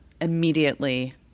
immediately